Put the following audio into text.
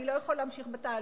אני לא יכול להמשיך בתהליך.